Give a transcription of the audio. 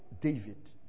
David